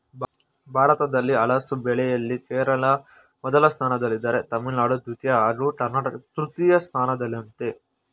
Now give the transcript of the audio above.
ಭಾರತದಲ್ಲಿ ಹಲಸು ಬೆಳೆಯಲ್ಲಿ ಕೇರಳ ಮೊದಲ ಸ್ಥಾನದಲ್ಲಿದ್ದರೆ ತಮಿಳುನಾಡು ದ್ವಿತೀಯ ಹಾಗೂ ಕರ್ನಾಟಕ ತೃತೀಯ ಸ್ಥಾನದಲ್ಲಯ್ತೆ